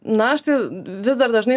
na aš tai vis dar dažnai